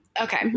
Okay